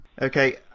Okay